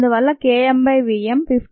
అందువల్ల K m by v m 58